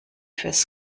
fürs